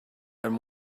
and